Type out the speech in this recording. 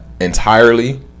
entirely